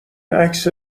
عکس